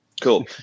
Cool